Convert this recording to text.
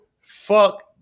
Fuck